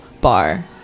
bar